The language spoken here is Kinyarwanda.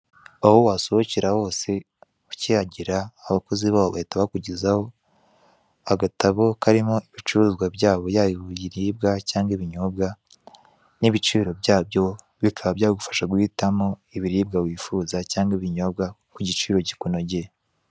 Aho wasohokera hose ukihagera abakozi babo bahita bakugezaho agatabo karimo ibicuruzwa byabo, yaba ibiribwa cyangwa ibinyobwa n'ibiciro byabyo, bikaba byagufasha guhitamo ibiribwa wifuza cyangwa ibinyobwa ku giciro kikunogeye.